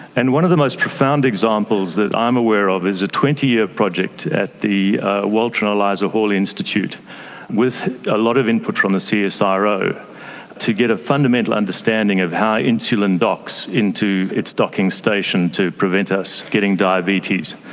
and one of the most profound examples examples that i'm aware of is a twenty year project at the walter and eliza hall institute with a lot of input from the ah csiro to get a fundamental understanding of how insulin docks into its docking station to prevent us getting diabetes.